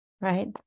right